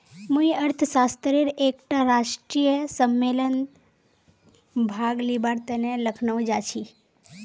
मुई अर्थशास्त्रेर एकटा राष्ट्रीय सम्मेलनत भाग लिबार तने लखनऊ जाछी